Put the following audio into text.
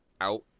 out